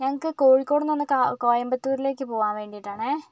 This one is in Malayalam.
ഞങ്ങൾക്ക് കോഴിക്കോട് നിന്ന് ക കോയമ്പത്തൂരിലേക്ക് പോകാൻ വേണ്ടിയിട്ടാണെ